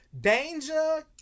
Danger